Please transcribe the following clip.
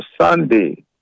Sunday